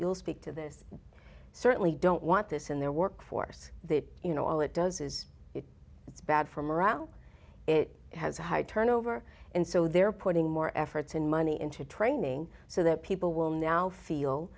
you'll speak to this certainly don't want this in their workforce that you know all it does is it it's bad for morale it has a high turnover and so they're putting more efforts and money into training so that people will now feel